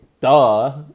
duh